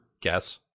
guess